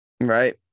Right